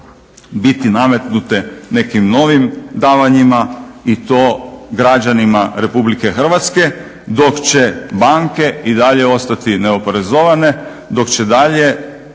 biti nametnute nekim novim davanjima i to građanima Republike Hrvatske dok će banke i dalje ostati neoporezovane, dok će dalje